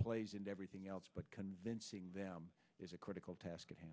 plays into everything else but convincing them is a critical task at hand